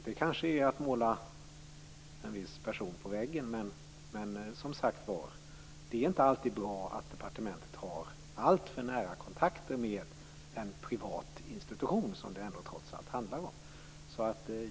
Det kanske är att måla en viss person på väggen, men det är som sagt var inte alltid bra att departementet har alltför nära kontakter med en privat institution, som det trots allt handlar om.